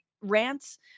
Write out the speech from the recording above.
rants